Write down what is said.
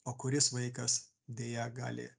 o kuris vaikas deja gali